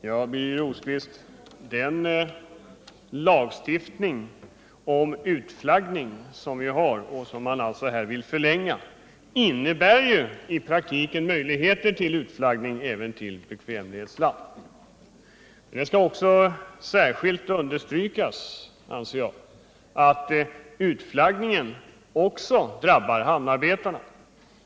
Herr talman! Den lagstiftning om utflaggning som vi har, Birger Rosqvist, och som man alltså här vill förlänga, innebär i praktiken möjligheter till utflaggning även till bekvämlighetsland. Det skall också särskilt understrykas att utflaggningen även drabbar hamnarbetarna.